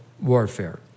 warfare